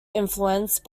influenced